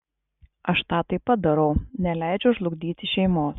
aš tą taip pat darau neleidžiu žlugdyti šeimos